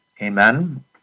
Amen